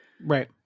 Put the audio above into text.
right